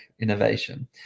innovation